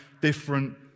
different